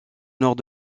nord